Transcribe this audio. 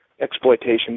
exploitation